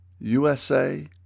USA